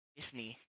Disney